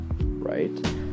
right